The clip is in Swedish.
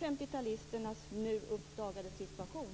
50-talisternas nu uppdagade situation.